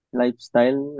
lifestyle